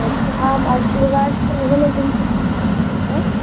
आशीर्वाद travel agency से बात कर रहे हो